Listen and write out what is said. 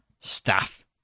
staff